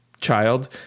child